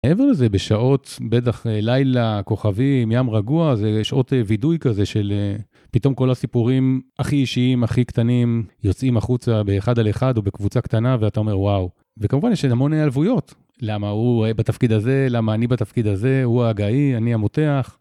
מעבר לזה, בשעות, בטח לילה, כוכבים, ים רגוע, זה שעות וידוי כזה של פתאום כל הסיפורים הכי אישיים, הכי קטנים, יוצאים החוצה באחד על אחד, או בקבוצה קטנה, ואתה אומר וואו. וכמובן יש המון העלבויות, למה הוא בתפקיד הזה, למה אני בתפקיד הזה, הוא ההגאי, אני המותח.